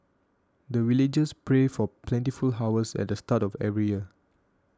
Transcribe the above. the villagers pray for plentiful harvest at the start of every year